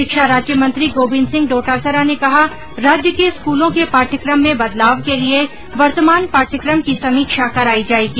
शिक्षा राज्यमंत्री गोविन्द सिंह डोटासरा ने कहा है कि राज्य के स्कूलों के पाठ्यक्रम में बदलाव के लिए वर्तमान पाठ्यक्रम की समीक्षा कराई जाएगी